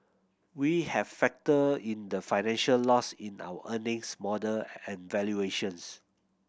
we have factored in the financial loss in our earnings model and valuations